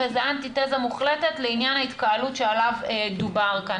וזה אנטיתזה מוחלטת לעניין ההתקהלות שעליו דובר כאן.